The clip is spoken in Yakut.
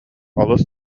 олус